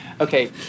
Okay